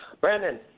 Brandon